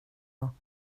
och